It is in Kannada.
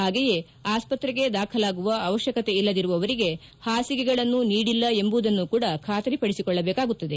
ಹಾಗೆಯೇ ಆಸ್ತ್ರೆಗೆ ದಾಖಲಾಗುವ ಅವಶ್ಯಕತೆಯಿಲ್ಲದರುವವರಿಗೆ ಹಾಸಿಗೆಗಳನ್ನು ನೀಡಿಲ್ಲ ಎಂಬುದನ್ನೂ ಕೂಡ ಖಾತರಿಪಡಿಸಿಕೊಳ್ಲಬೇಕಾಗುತ್ತದೆ